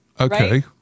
Okay